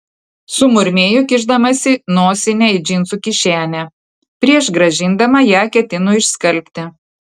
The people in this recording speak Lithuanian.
sumurmėjo kišdamasi nosinę į džinsų kišenę prieš grąžindama ją ketino išskalbti